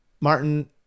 Martin